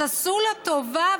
אז עשו לה טובה,